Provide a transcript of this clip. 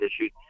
issues